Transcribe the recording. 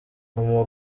umu